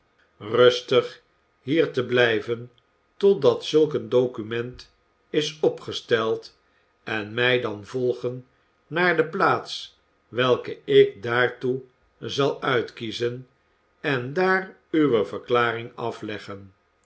rustig hier te blijven totdat zulk een document is opgesteld en mij dan volgen naar de plaats welke ik daartoe zal uitkiezen en daar uwe verklaring afleggen